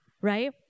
right